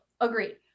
agreed